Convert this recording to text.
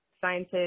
scientists